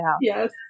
Yes